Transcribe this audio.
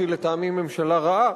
שהיא לטעמי ממשלה רעה,